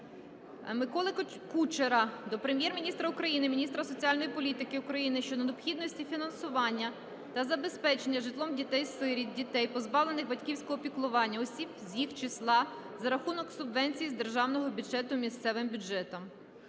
Миколи Кучера до Прем'єр-міністра України, міністра соціальної політики України щодо необхідності фінансування на забезпечення житлом дітей-сиріт, дітей, позбавлених батьківського піклування, осіб з їх числа за рахунок субвенції з державного бюджету місцевим бюджетам.